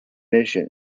mission